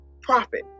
profit